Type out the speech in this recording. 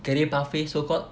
career pathway so called